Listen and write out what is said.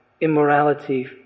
immorality